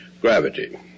gravity